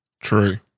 True